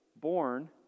born